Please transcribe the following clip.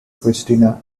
cristina